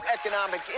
Economic